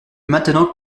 maintenant